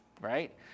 right